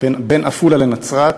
בין עפולה לנצרת.